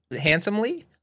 handsomely